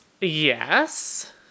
yes